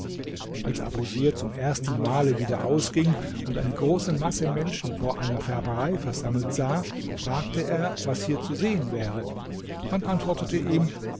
als abusir zum ersten male wieder ausging und eine große masse menschen vor einer färberei versammelt sah fragte er was hier zu sehen wäre man antwortete ihm